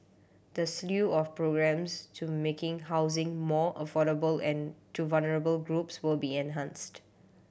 the slew of programmes to making housing more affordable and to vulnerable groups will be enhanced